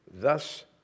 Thus